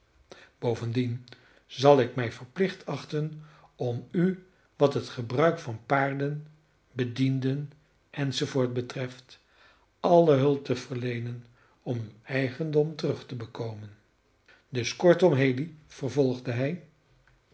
bovendien zal ik mij verplicht achten om u wat het gebruik van paarden bedienden enz betreft alle hulp te verleenen om uw eigendom terug te bekomen dus kortom haley vervolgde hij